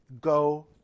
go